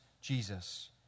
Jesus